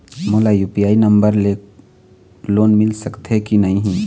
मोला UPI number ले loan मिल सकथे कि नहीं?